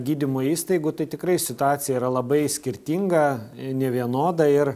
gydymo įstaigų tai tikrai situacija yra labai skirtinga nevienoda ir